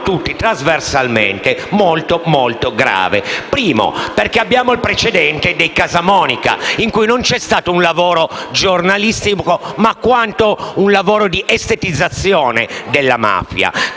tutti trasversalmente molto, molto grave. In primo luogo perché abbiamo il precedente dei Casamonica, in cui non c'è stato un lavoro giornalistico, quanto piuttosto un lavoro di estetizzazione della mafia,